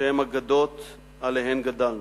שהם אגדות שעליהן גדלנו.